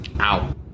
Ow